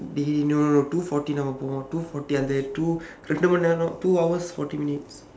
dey no no no two forty நம்ம போவோம்:namma poovoom two forty until two இரண்டு மணி நேரம்:irandu mani neeram two hours forty minutes